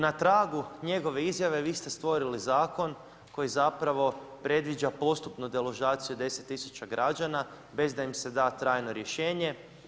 Na tragu njegove izjave vi ste stvorili zakon koji zapravo predviđa postupno deložaciju 10 tisuća građana bez da im se da trajno rješenje.